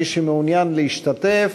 מי שמעוניין להשתתף,